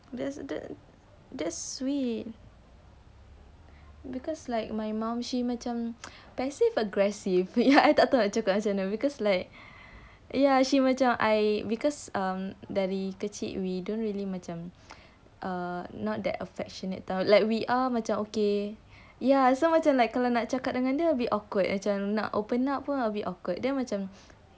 that's that's sweet because like my mom dia macam passive aggressive tak tahu nak cakap macam mana it's like ya she macam I um because dari kecil we don't really macam um not very affectionate we are macam okay ya so macam kalau nak cakap dengan dia a bit awkward macam nak open up pun a bit awkward